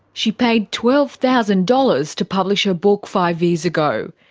she paid twelve thousand dollars to publish her book five years ago.